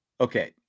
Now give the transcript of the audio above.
Okay